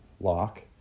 lock